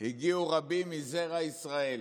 הגיעו רבים מזרע ישראל.